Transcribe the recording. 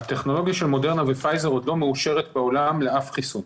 הטכנולוגיה של מודרנה ופייזר עוד לא מאושרת בעולם לשום חיסון.